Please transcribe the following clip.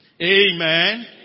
Amen